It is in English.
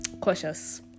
cautious